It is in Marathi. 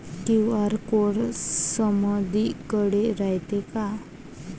क्यू.आर कोड समदीकडे रायतो का?